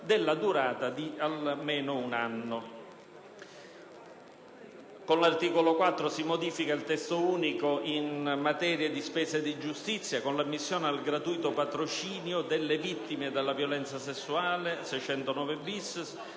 della durata di almeno un anno. Con l'articolo 4 si modifica il Testo unico in materia di spese di giustizia con l'ammissione al gratuito patrocinio delle vittime di violenza sessuale (609-*bis*),